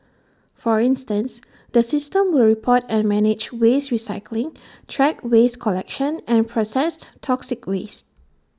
for instance the system will report and manage waste recycling track waste collection and processed toxic waste